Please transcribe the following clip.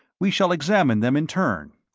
we shall examine them in turn.